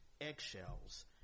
eggshells